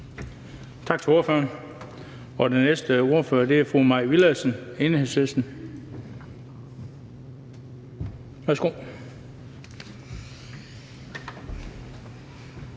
Tak til ordføreren. Den næste ordfører er fru Mai Villadsen, Enhedslisten.